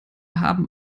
haben